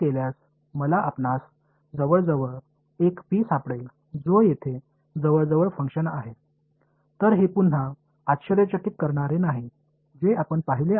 நீங்கள் எப்சிலனைக் குறிப்பிட்டால் இந்த ஃபங்ஷனை இங்கே நன்றாக தோராயமாக மதிப்பிடும் ஒரு p ஐ நான் காண்பேன்